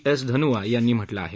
S Dhanua यांनी म्हटलं आहे